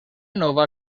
nova